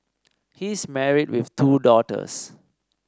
he is married with two daughters